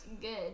good